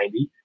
90